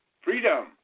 freedom